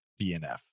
DNF